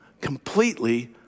completely